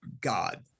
God